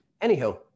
Anyhow